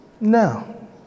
No